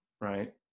right